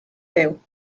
byw